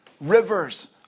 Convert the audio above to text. rivers